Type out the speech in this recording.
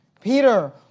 Peter